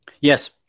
Yes